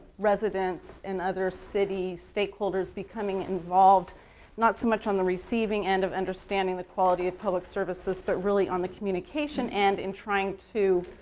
residence and other cities, stakeholders becoming involved not so much on the receiving end of understand the quality of public services but really on the communication end in trying to